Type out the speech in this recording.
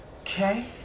Okay